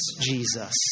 Jesus